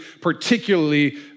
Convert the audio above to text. particularly